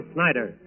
Snyder